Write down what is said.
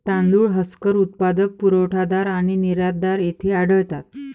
तांदूळ हस्कर उत्पादक, पुरवठादार आणि निर्यातदार येथे आढळतात